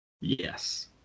Yes